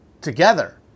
together